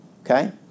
Okay